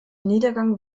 niedergang